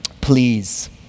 please